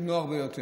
אם לא הרבה יותר.